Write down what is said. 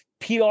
PR